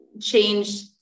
change